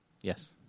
Yes